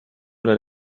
that